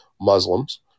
Muslims